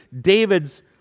David's